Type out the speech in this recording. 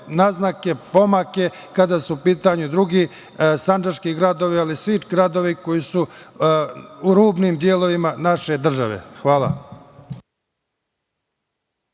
naznake, pomake kada su u pitanju drugi sandžački gradovi, ali i svi gradovi koji su u rubnim delovima naše države. Hvala.